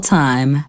time